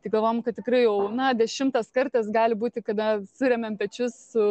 tai galvojam kad tikrai jau na dešimtas kartas gali būti kada suremiam pečius su